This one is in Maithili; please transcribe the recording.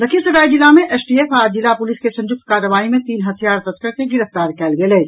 लखीसराय जिला मे एसटीएफ आ जिला पुलिस की संयुक्त कार्रवाई मे तीन हथियार तस्कर के गिरफ्तार कयल गेल अछि